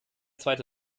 zweite